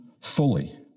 fully